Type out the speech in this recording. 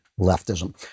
leftism